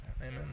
Amen